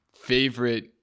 favorite